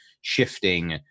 shifting